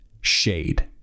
shade